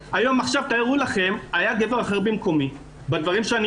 תארו לכם שהיה גבר אחר במקומי בדברים שאני